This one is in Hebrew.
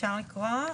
אפשר לקרוא,